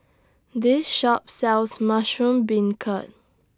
This Shop sells Mushroom Beancurd